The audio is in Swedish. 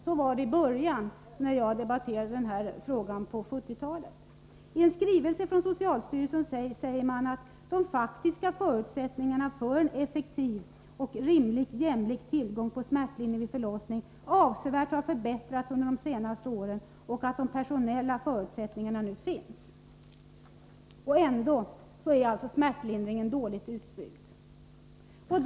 Så var det när jag debatterade den här frågan i början, på 1970-talet. I en skrivelse från socialstyrelsen säger man att de faktiska förutsättningarna för en effektiv och rimligt jämlik tillgång till smärtlindring vid förlossning har förbättrats avsevärt under de senaste åren och att de personella förutsättningarna nu finns. Ändå är alltså smärtlindringen dåligt utbyggd.